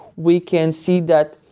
we can see that,